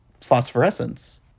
phosphorescence